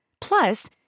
Plus